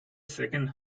second